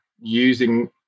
using